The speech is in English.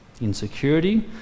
insecurity